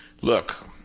look